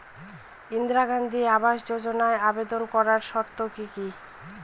ইন্দিরা গান্ধী আবাস যোজনায় আবেদন করার শর্ত কি কি?